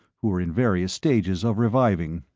who were in various stages of reviving.